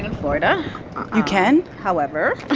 florida you can? however,